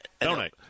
Donate